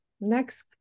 next